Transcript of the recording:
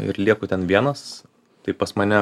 ir lieku ten vienas tai pas mane